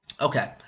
Okay